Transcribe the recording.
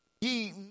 Ye